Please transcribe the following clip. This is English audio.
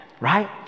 Right